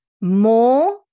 more